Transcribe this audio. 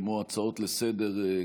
כמו הצעות לסדר-היום,